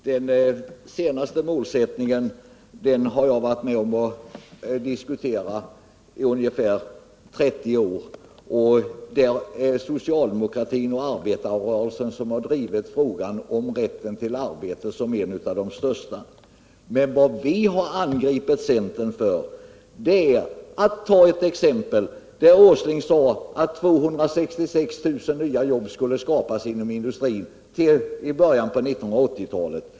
Herr talman! Målsättningen att skapa arbete åt alla har jag varit med om att diskutera i ungefär 30 år, och det är socialdemokratin och arbetarrörelsen som har drivit rätten till arbete som en av de största frågorna. Men vad är det vi har angripit centern för? Jo, det ärt.ex. för sådana saker som när Nils Åsling sade att 266 000 nya jobb skulle skapas inom industrin till i början av 1980-talet.